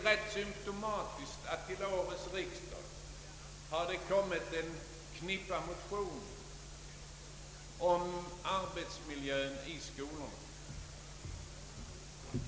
Rätt symtomatiskt är väl att till årets riksdag har kommit en knippa motioner om arbets miljön i skolorna.